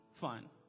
fun